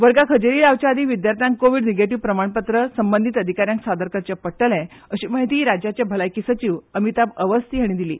वर्गांक हाजेरी लावचे आदी विद्यार्थ्यांक कोविड निगेटीव्ह प्रमाणपत्र संबंधित अधिकाऱ्यांक सादर करचे पडटले अशी म्हायती राज्याचे भलायकी सचिव अमिताभ अवस्थी हाणी दिली